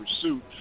pursuit